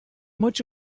much